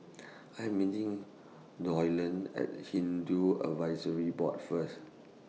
I Am meeting Doyle At Hindu Advisory Board First